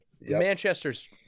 Manchester's